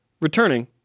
returning